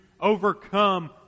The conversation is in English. overcome